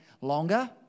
longer